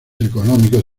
económicos